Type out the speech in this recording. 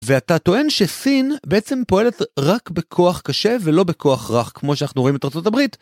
ואתה טוען שסין בעצם פועלת רק בכוח קשה ולא בכוח רך כמו שאנחנו רואים את ארה״ב?